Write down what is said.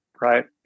right